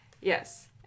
Yes